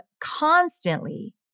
constantly